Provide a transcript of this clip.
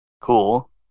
Cool